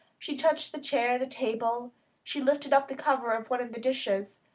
she touched the chair, the table she lifted the cover of one of the dishes.